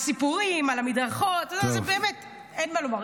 הסיפורים על המדרכות, על זה באמת אין מה לומר.